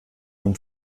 und